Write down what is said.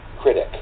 critic